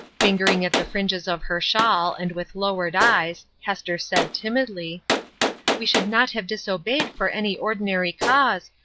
fingering at the fringes of her shawl, and with lowered eyes, hester said, timidly we should not have disobeyed for any ordinary cause,